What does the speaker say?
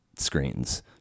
screens